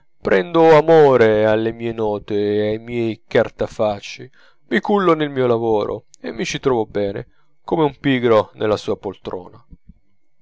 prendo amore alle mie note e ai miei scartafacci mi cullo nel mio lavoro e mi ci trovo bene come un pigro nella sua poltrona